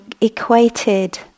equated